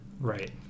Right